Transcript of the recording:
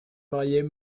marier